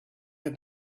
have